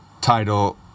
title